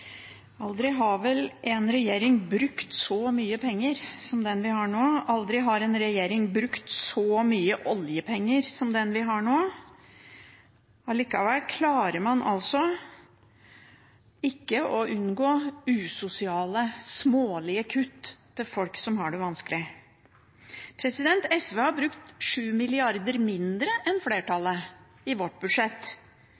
Aldri har vel en regjering brukt så mye penger som den vi har nå. Aldri har en regjering brukt så mye oljepenger som den vi har nå. Likevel klarer man altså ikke å unngå usosiale, smålige kutt til folk som har det vanskelig. SV har brukt 7 mrd. kr mindre enn